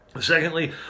Secondly